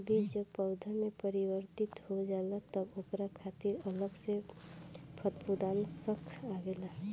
बीज जब पौधा में परिवर्तित हो जाला तब ओकरे खातिर अलग से फंफूदनाशक आवेला